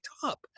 top